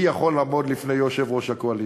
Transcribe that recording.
מי יכול לעמוד בפני יושב-ראש הקואליציה,